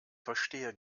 verstehe